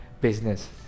business